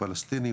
פלסטינים,